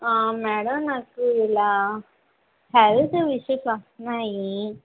madam నాకు ఇలా health issues వస్తున్నాయి